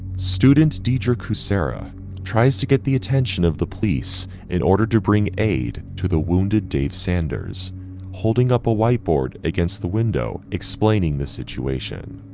student dedra kucera tries to get the attention of the police in order to bring aid to the wounded. dave sanders holding up a white board against the window explaining the situation.